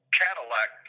cadillac